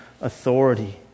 authority